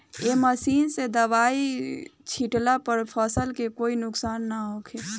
ए machine से दवाई छिटला पर फसल के कोई नुकसान ना होखे